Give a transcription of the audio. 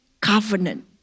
covenant